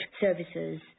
services